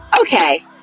Okay